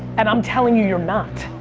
and i'm telling you, you're not.